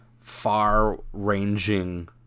far-ranging